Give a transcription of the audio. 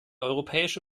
europäische